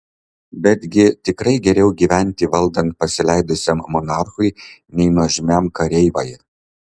betgi tikrai geriau gyventi valdant pasileidusiam monarchui nei nuožmiam kareivai